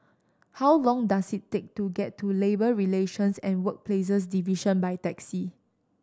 how long does it take to get to Labour Relations and Workplaces Division by taxi